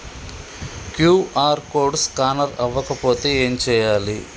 QR code scanner అవ్వకపోతే ఏం చేయాలి?